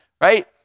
right